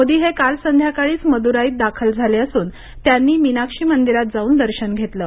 मोदी हे काल संध्याकाळीच मदुराईत दाखल झाले असून त्यांनी मीनाक्षी मंदिरात जाऊन दर्शन घेतलं